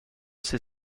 ses